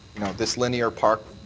this linear park